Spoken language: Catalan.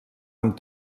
amb